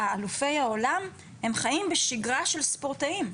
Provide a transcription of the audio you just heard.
אלופי העולם הם חיים בשגרה של ספורטאים.